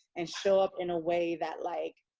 and show up in a way that, like,